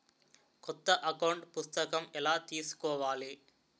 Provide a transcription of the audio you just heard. కొత్త అకౌంట్ పుస్తకము ఎలా తీసుకోవాలి?